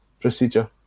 procedure